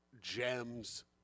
gems